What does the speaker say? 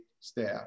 staff